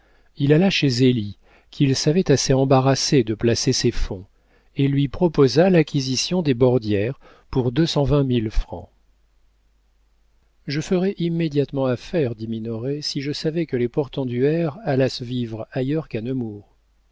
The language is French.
il alla chez zélie qu'il savait assez embarrassée de placer ses fonds et lui proposa l'acquisition des bordières pour deux cent vingt mille francs je ferais immédiatement affaire dit minoret si je savais que les portenduère allassent vivre ailleurs